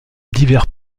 divers